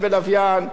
כל הנושא הזה,